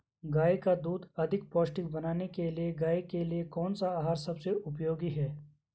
गाय का दूध अधिक पौष्टिक बनाने के लिए गाय के लिए कौन सा आहार सबसे उपयोगी है?